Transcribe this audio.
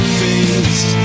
face